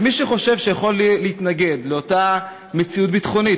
מי שחושב שהוא יכול להתנגד לאותה מציאות ביטחונית,